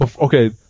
okay